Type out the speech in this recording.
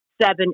seven